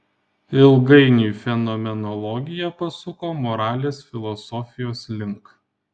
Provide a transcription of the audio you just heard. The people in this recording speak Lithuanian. ilgainiui fenomenologija pasuko moralės filosofijos link